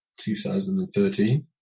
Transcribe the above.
2013